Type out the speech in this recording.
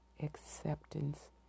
Acceptance